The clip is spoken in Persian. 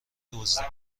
دزده